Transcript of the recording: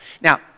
Now